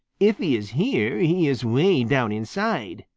if he is here, he is way down inside,